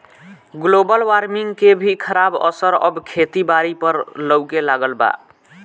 global warming के भी खराब असर अब खेती बारी पर लऊके लगल बा